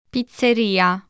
Pizzeria